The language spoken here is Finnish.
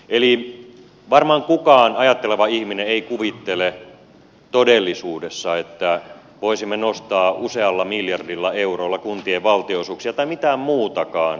eli varmaan kukaan ajatteleva ihminen ei kuvittele todellisuudessa että voisimme nostaa usealla miljardilla eurolla kuntien valtionosuuksia tai mitään muutakaan julkista menoa